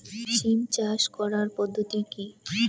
সিম চাষ করার পদ্ধতি কী?